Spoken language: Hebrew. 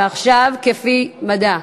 מדע.